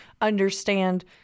understand